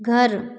घर